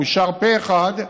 הוא אושר פה אחד,